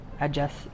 adjust